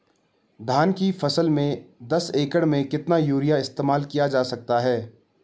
धान की फसल में दस एकड़ में कितना यूरिया इस्तेमाल किया जा सकता है?